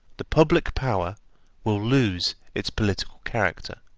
the public power will lose its political character.